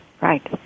Right